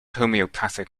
homeopathic